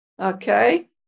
Okay